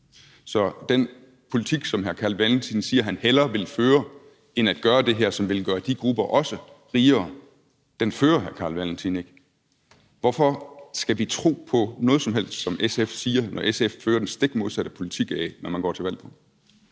Så den politik, som hr. Carl Valentin siger han hellere vil føre, end at gøre det her, som også ville gøre de grupper rigere, fører hr. Carl Valentin ikke. Og hvorfor skal vi tro på noget som helst, som SF siger, når SF fører den stik modsatte politik af, hvad man går til valg på?